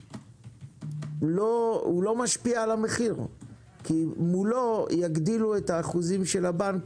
שהוא לא משפיע על המחיר כי מולו יגדילו את האחוזים של הבנק